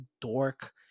dork